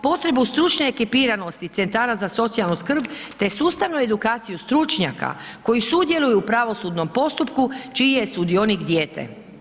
Potrebu stručne ekipiranosti centara za socijalnu skrb te sustavnu edukaciju stručnjaka koji sudjeluju u pravosudnom postupku čiji je sudionik dijete.